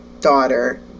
daughter